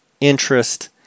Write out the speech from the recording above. interest